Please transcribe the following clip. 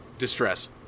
distress